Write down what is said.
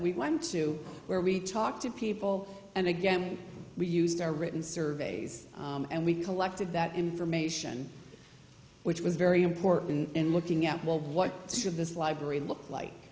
we went to where we talked to people and again we used our written surveys and we collected that information which was very important in looking at what should this library look like